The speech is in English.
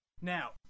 Now